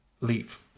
Leave